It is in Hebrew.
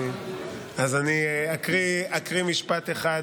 אז אקריא משפט אחד: